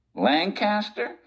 Lancaster